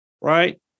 right